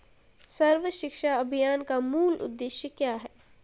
सर्व शिक्षा अभियान का मूल उद्देश्य क्या है?